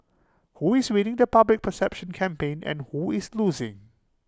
who is winning the public perception campaign and who is losing